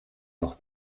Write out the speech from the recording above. noch